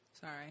Sorry